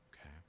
okay